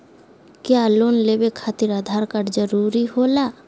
क्या लोन लेवे खातिर आधार कार्ड जरूरी होला?